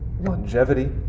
longevity